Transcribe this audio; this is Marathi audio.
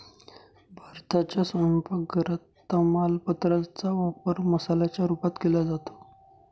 भारताच्या स्वयंपाक घरात तमालपत्रा चा वापर मसाल्याच्या रूपात केला जातो